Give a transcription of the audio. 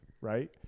right